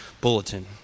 bulletin